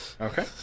Okay